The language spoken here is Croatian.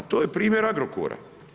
To je primjer Agrokora.